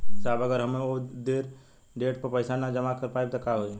साहब अगर हम ओ देट पर पैसाना जमा कर पाइब त का होइ?